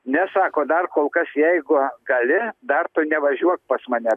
ne sako dar kol kas jeigu gali dar tu nevažiuok pas mane